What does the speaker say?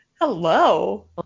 hello